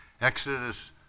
Exodus